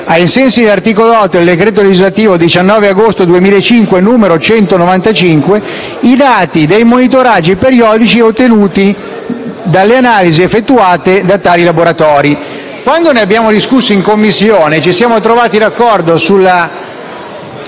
ai sensi dell'articolo 8 del decreto-legislativo 19 agosto 2005, n. 195, i dati dei monitoraggi periodici come ottenuti dalle analisi effettuate da tali laboratori». Quando ne abbiamo discusso in Commissione, ci siamo trovati d'accordo